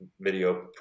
video